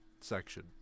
section